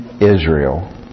Israel